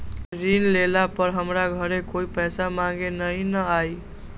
ऋण लेला पर हमरा घरे कोई पैसा मांगे नहीं न आई?